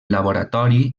laboratori